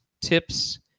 tips